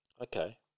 Okay